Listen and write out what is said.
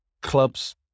clubs